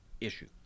issue